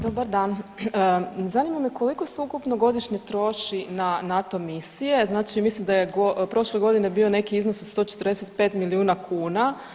Dobar dan, zanima me koliko se ukupno godišnje troši na NATO misije, znači mislim da je prošle godine bio neki iznos od 145 milijuna kuna.